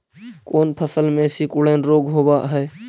कोन फ़सल में सिकुड़न रोग होब है?